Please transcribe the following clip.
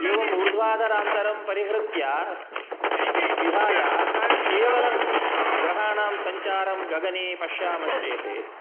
एवम् ऊर्ध्वाधरान्तं परिवृत्य विहाय केवलं ग्रहाणां सञ्चारं गगने पश्यामश्चेत्